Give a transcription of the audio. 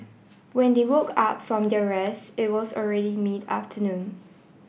when they woke up from their rest it was already mid afternoon